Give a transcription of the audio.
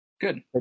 Good